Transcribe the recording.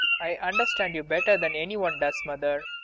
i understand you better than anyone does, mother.